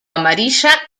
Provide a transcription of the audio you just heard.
amarilla